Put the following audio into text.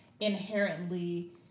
inherently